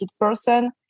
person